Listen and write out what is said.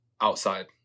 outside